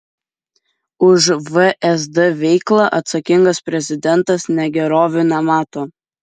už vsd veiklą atsakingas prezidentas negerovių nemato